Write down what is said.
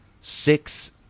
Six